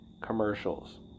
commercials